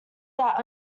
that